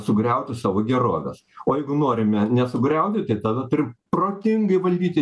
sugriauti savo gerovės o jeigu norime nesugriauti tai tada turim protingai valdyti